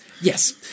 Yes